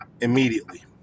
immediately